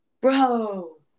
Bro